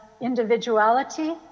individuality